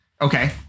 Okay